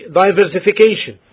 diversification